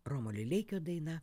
romo lileikio daina